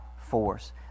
force